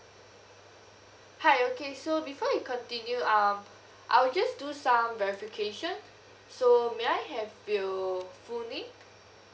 hi okay so before we continue um I'll just do some verification so may I have your full name